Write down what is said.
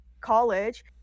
college